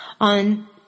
on